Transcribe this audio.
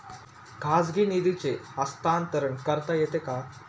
खाजगी निधीचे हस्तांतरण करता येते का?